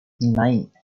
nine